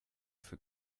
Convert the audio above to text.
für